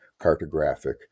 cartographic